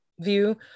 view